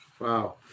Wow